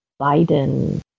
Biden